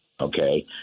Okay